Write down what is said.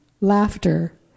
laughter